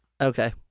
Okay